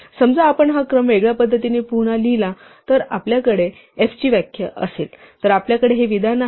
समजा आपण हा क्रम वेगळ्या पद्धतीने पुन्हा लिहिला तर आपल्याकडे f ची व्याख्या असेल तर आपल्याकडे हे विधान आहे